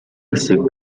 хэсэг